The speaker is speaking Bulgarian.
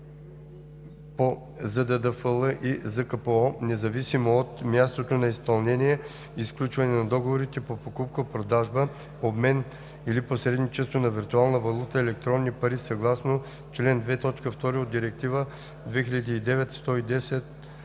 по ЗДДФЛ и ЗКПО, независимо от мястото на изпълнение и сключване на договорите по покупка, продажба, обмен или посредничество на виртуална валута/електронни пари съгласно чл. 2, т. 2 от Директива 2009/110